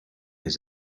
his